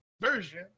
version